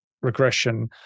regression